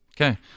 Okay